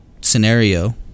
scenario